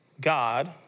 God